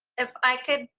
if i could